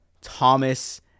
Thomas